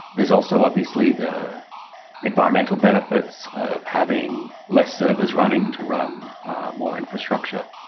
there's also obviously the environmental benefits of having less servers running to run more infrastructure.